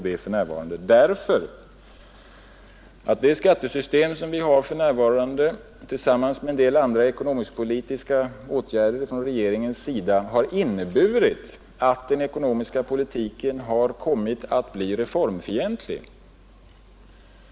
Det nuvarande skattesystemet tillsammans med en del andra ekonomiskpolitiska åtgärder från regeringens sida har inneburit att den ekonomiska politiken kommit att bli reformfientlig.